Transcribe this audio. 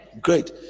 Great